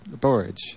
Borage